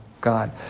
God